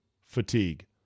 fatigue